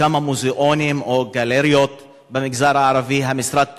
בכמה מוזיאונים או גלריות במגזר הערבי המשרד תומך,